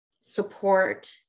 support